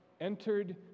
entered